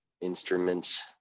instruments